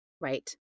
Right